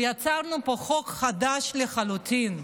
ויצרנו פה חוק חדש לחלוטין,